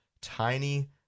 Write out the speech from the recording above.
tiny